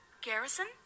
Garrison